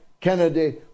Kennedy